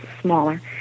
smaller